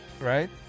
right